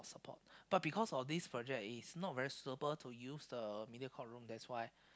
support but because of this project is not very suitable to use the Mediacorp room that's why